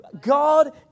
God